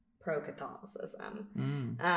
pro-Catholicism